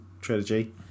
trilogy